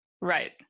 Right